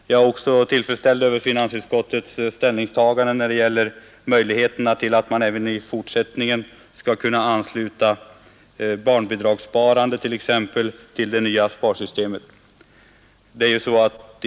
Jag är också tillfredsställd över finansutskottets ställningstagande när det gäller möjligheten att även i fortsättningen kunna ansluta barnbidragssparandet t.ex. till det nya sparsystemet.